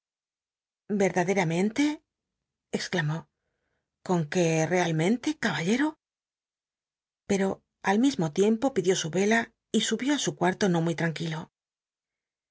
ycnladcramcnte exclamó con que realmente caballet'o pero al mismo tierr po pidió su i'c ia y subió ít su cu u'lo no muy tl'anc